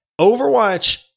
Overwatch